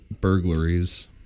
burglaries